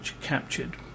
captured